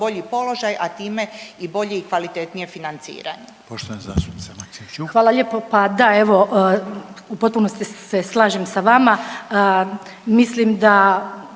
bolji položaj, a time i bolje i kvalitetnije financiranje.